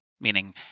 meaning